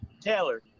Taylor